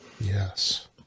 yes